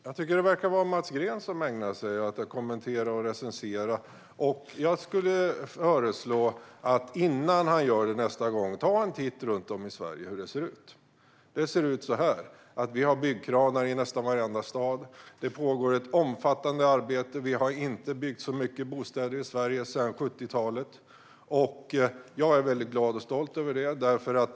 Fru talman! Jag tycker att det verkar vara Mats Green som ägnar sig åt att kommentera och recensera. Jag skulle föreslå att han innan han gör det nästa gång tar en titt runt om i Sverige för att se hur det ser ut. Det ser ut så här: Vi har byggkranar i nästan varenda stad. Det pågår ett omfattande arbete; vi har inte byggt så många bostäder i Sverige sedan 70-talet. Jag är väldigt glad och stolt över det.